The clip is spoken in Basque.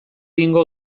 egingo